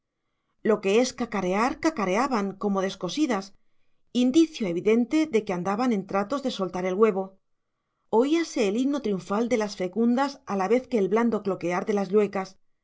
lo que es cacarear cacareaban como descosidas indicio evidente de que andaban en tratos de soltar el huevo oíase el himno triunfal de las fecundas a la vez que el blando cloquear de las lluecas